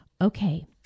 Okay